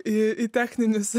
į techninius